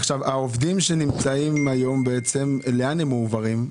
העובדים שנמצאים היום, לאן הם מועברים?